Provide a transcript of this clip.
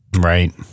Right